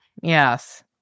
Yes